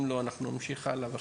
אם לא אז אנחנו נמשיך הלאה.